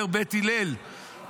אומר בית הלל כשיטתו: